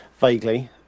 vaguely